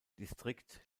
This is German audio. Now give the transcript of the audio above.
distrikt